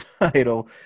title